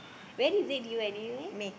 when is it due anyway